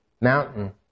mountain